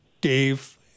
Dave